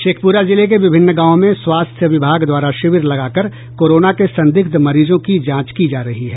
शेखपुरा जिले के विभिन्न गांवों में स्वास्थ्य विभाग द्वारा शिविर लगाकर कोरोना के संदिग्ध मरीजों की जांच की जा रही है